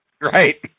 Right